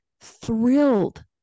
thrilled